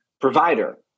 provider